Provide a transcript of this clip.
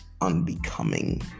unbecoming